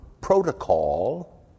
protocol